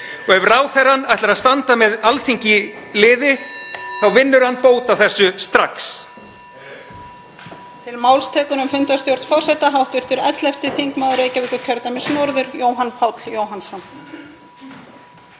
Ef ráðherrann ætlar að standa með Alþingi í liði þá vinnur hann bót á þessu strax.